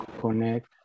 connect